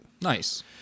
Nice